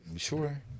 Sure